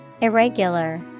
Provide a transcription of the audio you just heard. Irregular